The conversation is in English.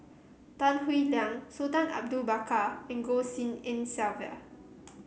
Tan Howe Liang Sultan Abu Bakar and Goh Tshin En Sylvia